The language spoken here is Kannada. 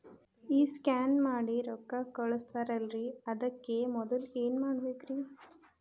ಈ ಸ್ಕ್ಯಾನ್ ಮಾಡಿ ರೊಕ್ಕ ಕಳಸ್ತಾರಲ್ರಿ ಅದಕ್ಕೆ ಮೊದಲ ಏನ್ ಮಾಡ್ಬೇಕ್ರಿ?